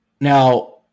Now